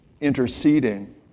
interceding